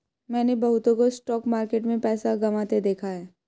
मैंने बहुतों को स्टॉक मार्केट में पैसा गंवाते देखा हैं